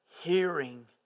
Hearing